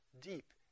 deep